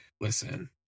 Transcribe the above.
listen